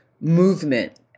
movement